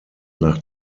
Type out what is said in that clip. nach